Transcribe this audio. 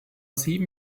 sieben